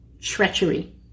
treachery